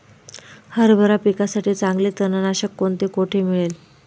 हरभरा पिकासाठी चांगले तणनाशक कोणते, कोठे मिळेल?